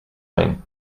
mean